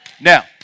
Now